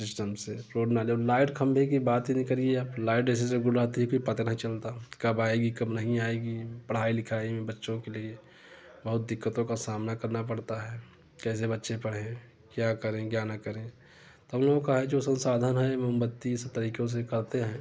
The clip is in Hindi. सिस्टम से रोड नाले और लाइट खंभे की बात ही नहीं करिए आप लाइट ऐसे ऐसे गुल हो जाती है कि पता ही नहीं चलता कब आएगी कब नहीं आएगी पढ़ाई लिखाई बच्चों के लिए बहुत दिक्कतों का सामना करना पड़ता है कैसे बच्चे पढ़ें क्या करें क्या ना करें तो हम लोगों का है जो संसाधन है वो मोमबत्ती इस सब तरीकों से करते हैं